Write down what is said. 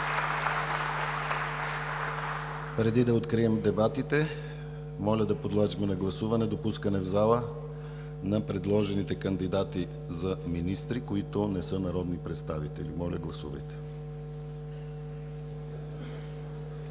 Преди да открием дебатите, моля да подложим на гласуване допускане в залата на предложените кандидати за министри, които не са народни представители. Моля, гласувайте.